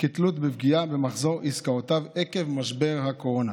כתלות בפגיעה במחזור העסקאות עקב משבר הקורונה.